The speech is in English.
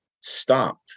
stop